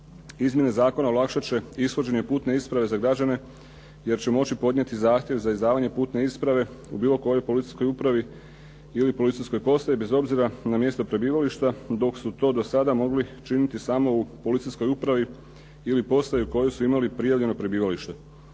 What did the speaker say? Izmjene zakona olakšati će ishođenje putne isprave za građane jer će moći podnijeti zahtjev za izdavanje putne isprave u bilo kojoj policijskoj upravi ili policijskoj postaji bez obzira na mjesto prebivališta dok su to do sada mogli činiti samo u policijskoj upravi ili postaji u kojoj su imali prijavljeno prebivalište.